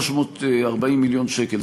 340 מיליון שקל.